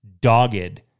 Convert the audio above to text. dogged